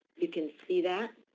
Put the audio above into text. you can see that.